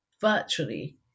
virtually